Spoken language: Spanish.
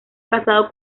casado